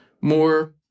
more